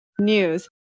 news